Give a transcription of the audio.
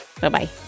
Bye-bye